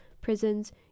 prisons